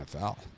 NFL